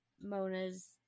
Mona's